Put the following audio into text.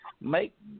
Make